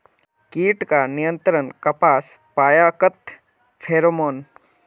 कीट का नियंत्रण कपास पयाकत फेरोमोन?